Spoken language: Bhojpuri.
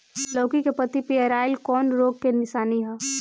लौकी के पत्ति पियराईल कौन रोग के निशानि ह?